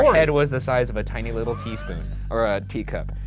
head was the size of a tiny little teaspoon or a teacup.